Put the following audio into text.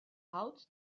hout